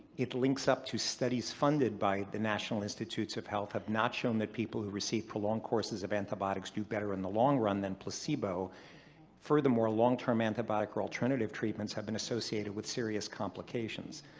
it links up to studies funded by the national institutes of health have not shown that people who receive prolonged courses of antibiotics do better in the long run than placebo furthermore, long-term antibiotic or alternative treatments have been associated with serious complications.